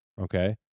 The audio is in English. Okay